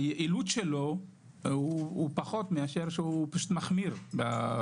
היעילות שלו פחות, הוא פוגע בילדים.